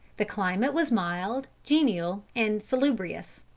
the climate was mild, genial and salubrious.